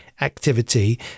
activity